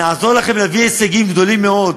נעזור לכם להביא הישגים גדולים מאוד,